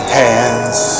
hands